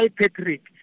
Patrick